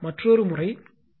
மற்றொன்று முறை 3